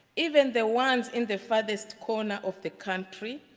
even the ones in the farthest corner of the country,